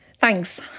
Thanks